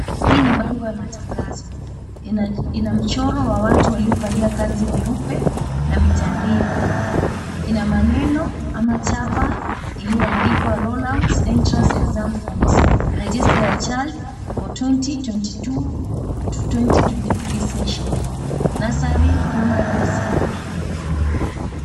Hii ni bango ya matangazo, inamchoro wa watu waliovalia kanzu nyeupe na mitandio. Inamaneno ama chapa iliyoandikwa rolls out entrance exam forms: register your child for the 2022/2023 session in nursery, primary, and secondary .